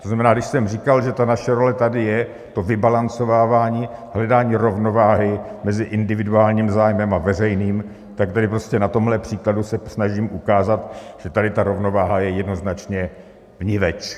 To znamená, když jsem říkal, že ta naše role tady je to vybalancovávání, hledání rovnováhy mezi individuálním zájmem a veřejným, tak tady na tomhle příkladu se snažím ukázat, že tady ta rovnováha je jednoznačně vniveč.